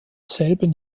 selben